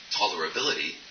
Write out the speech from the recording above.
tolerability